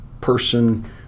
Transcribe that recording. person